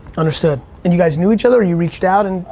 understood. and you guys knew each other or you reached out and